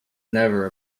never